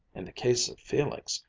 in the case of felix,